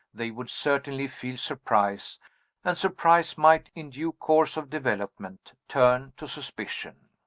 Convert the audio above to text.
they would certainly feel surprise and surprise might, in due course of development, turn to suspicion.